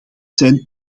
zijn